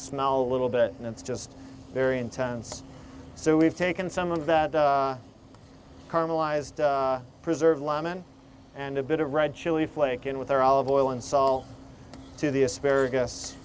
smell a little bit and it's just very intense so we've taken some of that carmel ised preserve lemon and a bit of red chili flake in with her olive oil and salt to the asparagus